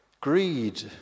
Greed